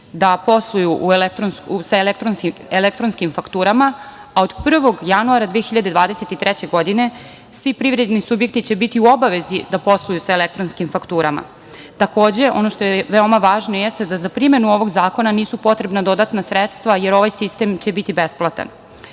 da posluju sa elektronskim fakturama, a od 1. januara 2023. godine svi privredni subjekti će biti u obavezi da posluju sa elektronskim fakturama. Takođe, ono što je veoma važno jeste da za primenu ovog zakona nisu potrebna dodatna sredstva, jer ovaj sistem će biti besplatan. Veoma